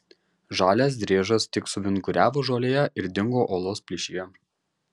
žalias driežas tik suvinguriavo žolėje ir dingo uolos plyšyje